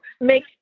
Make